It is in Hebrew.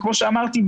כמו שאמרתי,